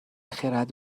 خرد